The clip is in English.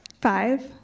Five